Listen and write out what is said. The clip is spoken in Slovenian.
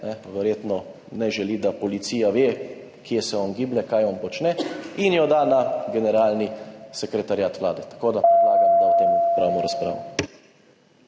Verjetno ne želi, da policija ve, kje se on giblje, kaj on počne, in jo da na Generalni sekretariat Vlade. Tako da predlagam, da o tem opravimo razpravo.